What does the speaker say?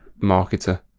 Marketer